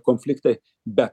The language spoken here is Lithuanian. konfliktai bet